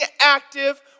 active